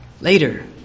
later